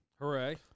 hooray